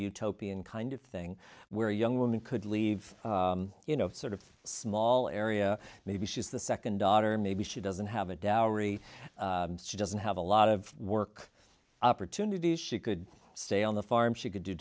utopian kind of thing where young woman could leave you know sort of a small area maybe she's the second daughter maybe she doesn't have a dowry she doesn't have a lot of work opportunities she could stay on the farm she could do